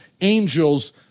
angels